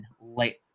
late